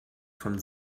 von